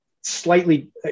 slightly